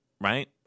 Right